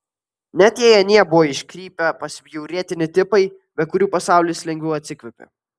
net jei anie buvo iškrypę pasibjaurėtini tipai be kurių pasaulis lengviau atsikvėpė